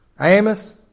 Amos